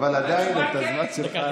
אבל עדיין את הזמן שלך,